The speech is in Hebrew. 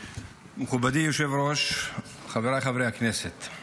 היושב-ראש, חבריי חברי הכנסת,